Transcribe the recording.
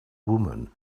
woman